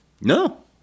No